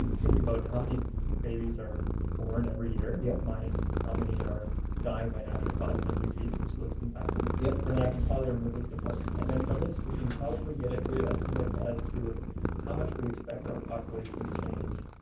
thinking about how many babies are born every year? yeah. minus how many are dying by natural causes and disease, which looks impactful? yep. and then i can probably remove this department and then from this, we can probably get a good estimate as to how much we expect our population to change.